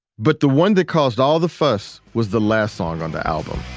but the one that caused all the fuss was the last song on the album